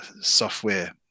software